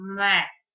mess